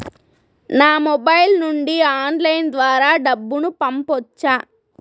నా మొబైల్ నుండి ఆన్లైన్ ద్వారా డబ్బును పంపొచ్చా